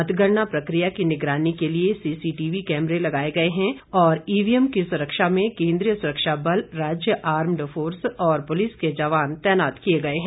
मतगणना प्रक्रिया की निगरानी के लिए सीसीटीवी कैमरे लगाये गये हैं और ईवीएम की सुरक्षा में केन्द्रीय सुरक्षा बल राज्य आर्म्ड फोर्स और पूलिस के जवान तैनात किए गए हैं